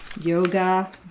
Yoga